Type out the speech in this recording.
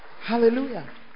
Hallelujah